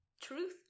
truth